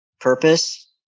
purpose